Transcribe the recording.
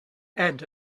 and